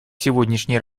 сегодняшней